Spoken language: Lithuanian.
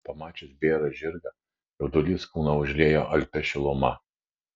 pamačius bėrą žirgą jaudulys kūną užliejo alpia šiluma